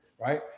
right